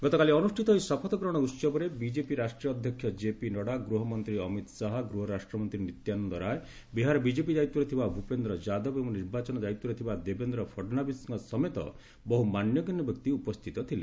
ଗତକାଲି ଅନୁଷ୍ଠିତ ଏହି ଶପଥ ଗ୍ରହଣ ଉହବରେ ବିଜେପି ରାଷ୍ଟ୍ରିୟ ଅଧ୍ୟକ୍ଷ ଜେପି ନଡ୍ଜା ସ୍ୱରାଷ୍ଟ୍ରମନ୍ତ୍ରୀ ଅମିତ ଶାହା ସ୍ୱରାଷ୍ଟ୍ର ରାଷ୍ଟ୍ରମନ୍ତ୍ରୀ ନିତ୍ୟାନନ୍ଦ ରାୟ ବିହାର ବିଜେପି ଦାୟିତ୍ୱରେ ଥିବା ଭୂପେନ୍ଦ୍ର ଯାଦବ ଏବଂ ନିର୍ବାଚନ ଦାୟିତ୍ୱରେ ଥିବା ଦେବେନ୍ଦ୍ର ଫଡ୍ନାବିସ୍ଙ୍କ ସମେତ ବହୁ ମାନଗଣ୍ୟ ବ୍ୟକ୍ତି ଉପସ୍ଥିତ ଥିଲେ